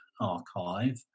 archive